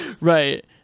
Right